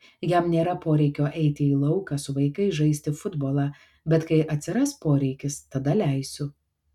jam nėra poreikio eiti į lauką su vaikais žaisti futbolą bet kai atsiras poreikis tada leisiu